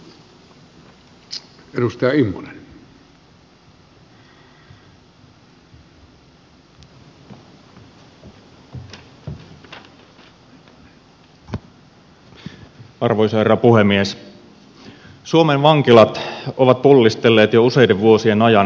suomen vankilat ovat pullistelleet jo useiden vuosien ajan ulkomaalaisista vangeista